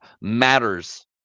matters